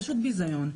פשוט ביזיון.